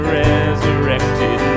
resurrected